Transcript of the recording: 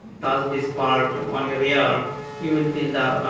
touch this part on your ear you will feel the